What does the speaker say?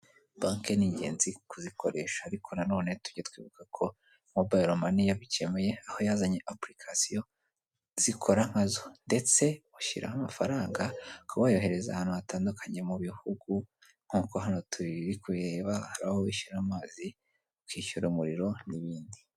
Banki ni ingenzi kuzikoresha ariko nanone tujye twibuka ko mobayiro mani yabikemuye, aho yazanye apurikasiyo zikora nkazo, ndetse washyiraho amafaranga ukaba wayohereza ahantu hatandukanye mu bihugu, nk'uko hano turi kubireba nkaho wishyura amazi kwishyura umuriro n'ibindi.